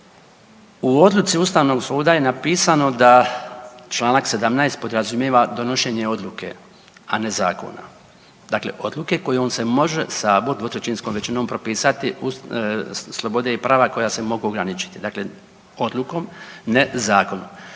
u odluci Ustavnog suda je napisano da čl. 17. podrazumijeva donošenje odluke, a ne zakona, dakle odluke kojom se može Sabor dvotrećinskom većinom propisati slobode i prava koja se mogu ograničiti, dakle odlukom ne zakonom.